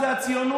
יש לך זכות,